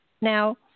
now